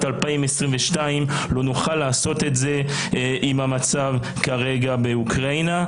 2022 לא נוכל לעשות את זה עם המצב כרגע באוקראינה.